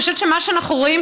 אני חושבת שמה שאנחנו רואים,